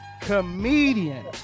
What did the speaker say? comedian